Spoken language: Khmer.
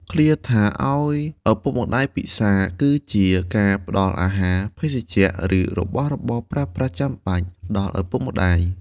ឃ្លាថា ឲ្យឪពុកម្តាយពិសារ គឺជាការផ្តល់អាហារ ភេសជ្ជៈ ឬរបស់របរប្រើប្រាស់ចាំបាច់ដល់ឪពុកម្តាយ។